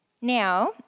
Now